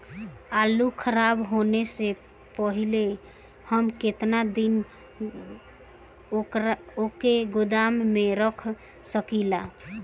आलूखराब होने से पहले हम केतना दिन वोके गोदाम में रख सकिला?